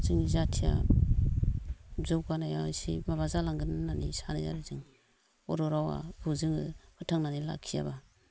जोंनि जाथिया जौगानाया इसे माबा जालांगोन होननानै सानो आरो जों बर' रावखौ जोङो फोथांनानै लाखियाबा